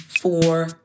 four